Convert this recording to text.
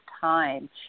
time